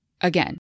Again